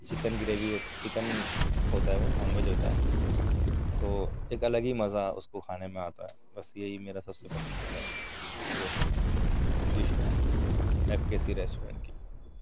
chicken gravy ہو chicken ہوتا ہے وہ نان ویج ہوتا ہے تو ایک الگ ہی مزہ اُس کو کھانے میں آتا ہے بس یہی میرا سب سے پسندیدہ وہ ہے ڈِش ہے ایف کے سی ریسٹورینٹ کی